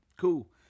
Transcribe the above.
cool